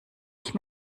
ich